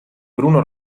bruno